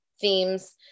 themes